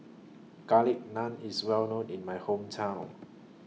Garlic Naan IS Well known in My Hometown